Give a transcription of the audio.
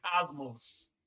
Cosmos